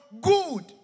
good